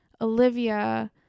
Olivia